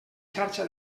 xarxa